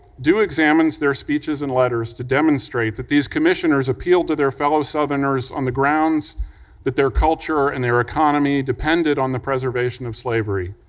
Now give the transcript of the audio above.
dew examines their speeches and letters to demonstrate that these commissioners appealed to their fellow southerners on the grounds that their culture and their economy depended on the preservation of slavery,